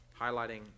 highlighting